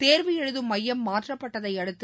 தேர்வு எழுதும் மையம் மாற்ற்பபட்டதை அடுத்து